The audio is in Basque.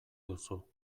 duzu